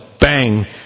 bang